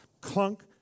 Clunk